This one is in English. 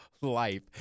life